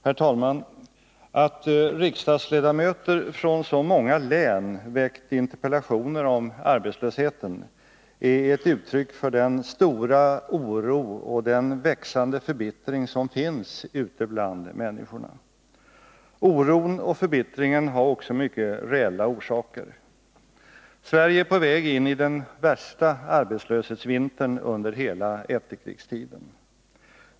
Herr talman! Att riksdagsledamöter från så många län framställt interpellationer om arbetslösheten är ett uttryck för den stora oro och den växande förbittring som finns ute bland människorna. Oron och förbittringen har också mycket reella orsaker. Sverige är på väg in i den värsta arbetslöshetsvintern under hela efterkrigstiden.